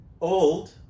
old